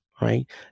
right